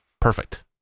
Perfect